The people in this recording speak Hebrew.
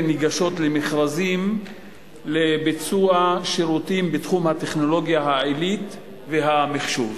ניגשות למכרזים לביצוע שירותים בתחום הטכנולוגיה העילית והמחשוב,